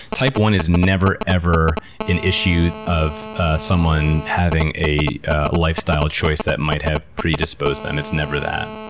type one is never ever an issue of someone having a lifestyle choice that might have predisposed them. it's never that.